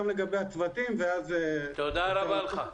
גם לגבי הצוותים ואז --- תודה רבה לך.